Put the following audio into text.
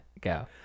go